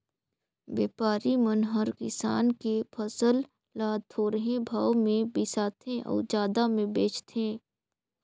बेपारी मन हर किसान के फसल ल थोरहें भाव मे बिसाथें अउ जादा मे बेचथें